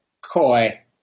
Coy